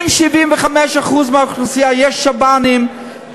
אם ל-75% מהאוכלוסייה יש שב"נים,